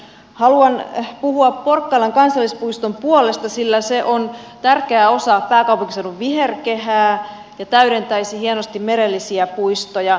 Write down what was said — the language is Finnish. haluan puhua porkkalan kansallispuiston puolesta sillä se on tärkeä osa pääkaupunkiseudun viherkehää ja täydentäisi hienosti merellisiä puistoja